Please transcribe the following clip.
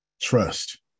trust